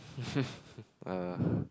uh